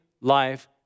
life